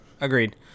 Agreed